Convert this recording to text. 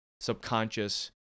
subconscious